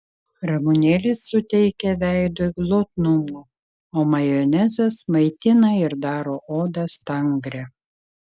ramunėlės suteikia veidui glotnumo o majonezas maitina ir daro odą stangrią